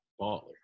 baller